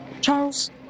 Charles